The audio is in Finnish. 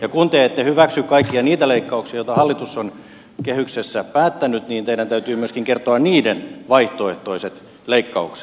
ja kun te ette hyväksy kaikkia niitä leikkauksia joita hallitus on kehyksessä päättänyt niin teidän täytyy myöskin kertoa niiden vaihtoehtoiset leikkaukset